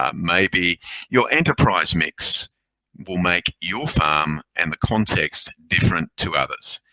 um maybe your enterprise mix will make your farm and the context different to others.